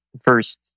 first